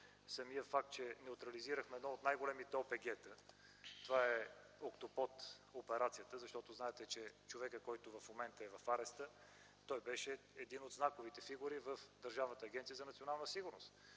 Самият факт, че неутрализираме едно от най-големите ОПГ – това е операцията „Октопод”, защото знаете, че човекът, който в момента е в ареста, беше една от знаковите фигури в Държавна агенция „Национална сигурност”.